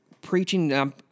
preaching